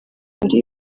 muri